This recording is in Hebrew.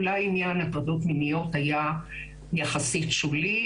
אולי עניין ההטרדות המיניות היה יחסית שולי.